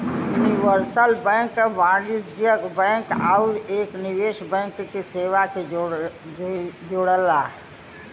universal bank वाणिज्यिक bank आउर एक निवेश बैंक की सेवा के जोड़ला